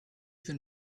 been